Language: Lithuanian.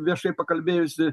viešai pakalbėjusi